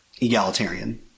egalitarian